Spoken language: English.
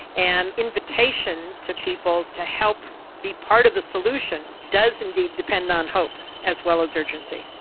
and invitation to people to help be part of the solution does indeed depend on hope, as well as urgency.